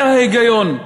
זה ההיגיון,